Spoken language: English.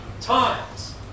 times